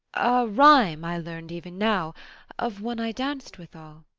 a rhyme i learn'd even now of one i danc'd withal.